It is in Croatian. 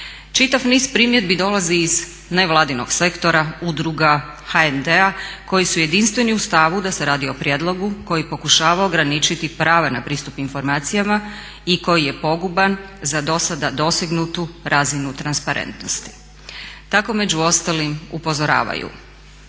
Čitav niz primjedbi dolazi iz nevladinog sektora, udruga, HND-a koji su jedinstveni u stavu da se radi o prijedlogu koji pokušava ograničiti prava na pristup informacijama i koji je poguban za dosada dosegnutu razinu transparentnosti. Tako među ostalim upozoravaju